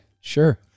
Sure